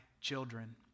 children